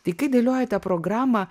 tai kai dėliojote programą